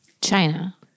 China